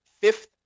fifth